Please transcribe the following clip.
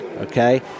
Okay